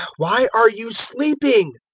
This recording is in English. why are you sleeping?